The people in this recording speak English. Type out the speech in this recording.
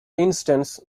instance